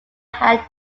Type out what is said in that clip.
had